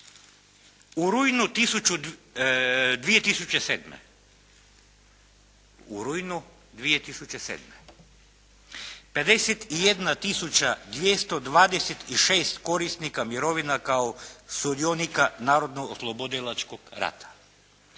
U rujnu 2007. 51226 korisnika mirovina kao sudionika Narodnooslobodilačkog rata,